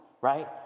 right